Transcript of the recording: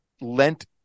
lent